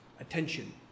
Attention